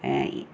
ഈ